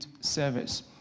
Service